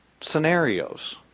scenarios